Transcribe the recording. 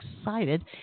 excited